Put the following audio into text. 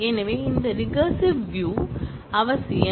எனவே இந்த recursive view அவசியம்